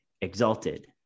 exalted